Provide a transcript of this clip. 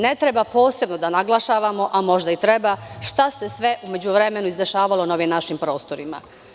Ne treba posebno da naglašavamo, a možda i treba, šta se sve u međuvremenu izdešavalo na ovim našim prostorima.